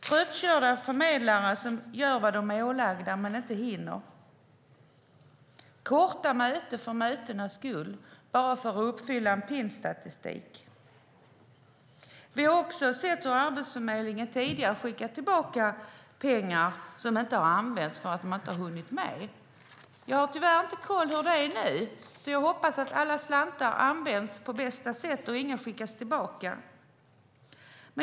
Slutkörda förmedlare försöker göra vad de är ålagda men hinner inte, och korta möten hålls bara för mötenas skull och för en pinne till i statistiken. Vi har också sett hur Arbetsförmedlingen tidigare har skickat tillbaka pengar som inte har använts för att man inte har hunnit med. Jag har tyvärr inte koll på hur det är nu, och jag hoppas att alla slantar används på bästa sätt och inget skickas tillbaka.